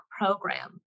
program